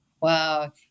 Wow